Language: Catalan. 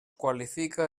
qualifica